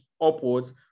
upwards